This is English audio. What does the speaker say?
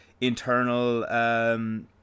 internal